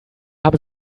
habe